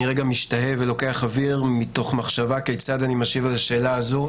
אני רגע משתהה ולוקח אוויר מתוך מחשבה כיצד אני משיב על השאלה הזו,